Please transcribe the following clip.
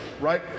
right